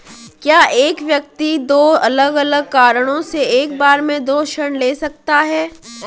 क्या एक व्यक्ति दो अलग अलग कारणों से एक बार में दो ऋण ले सकता है?